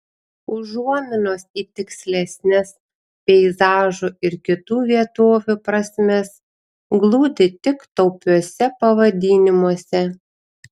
užuominos į tikslesnes peizažų ir kitų vietovių prasmes glūdi tik taupiuose pavadinimuose